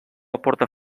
aporta